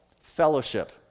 fellowship